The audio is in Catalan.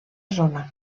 zona